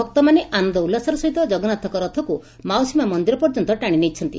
ଭକ୍ତମାନେ ଆନନ୍ଦ ଉଲ୍ଲାସର ସହିତ ଜଗନ୍ଦାଥଙ୍କ ରଥକୁ ମାଉସୀମା ମନ୍ଦିର ପଯ୍ୟନ୍ତ ଟାଶି ନେଇଛନ୍ତି